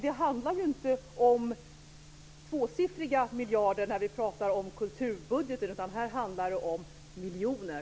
Det handlar inte om tvåsiffriga miljarder när vi talar om kulturbudgeten. Här handlar det om miljoner.